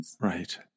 Right